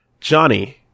Johnny